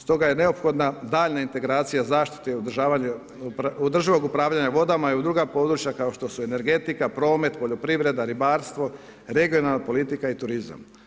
Stoga je neophodna daljnja integracija zaštite i održivog upravljanja voda i u druga područja kao što su energetika, promet, poljoprivreda, ribarstvo, regionalna politika i turizam.